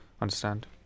understand